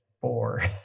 four